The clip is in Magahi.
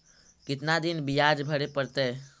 कितना दिन बियाज भरे परतैय?